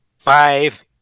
Five